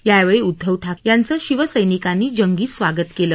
यावेळी उद्धव ठाकरे यांचं शिवसैनिकांनी जंगी स्वागत केलं